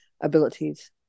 abilities